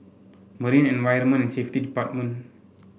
Marine Environment and Safety Department